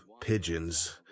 pigeons